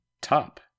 Top